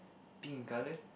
pink colour